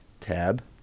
tab